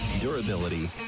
durability